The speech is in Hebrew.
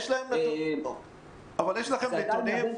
אבל יש לכם נתונים?